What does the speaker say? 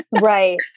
Right